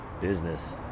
Business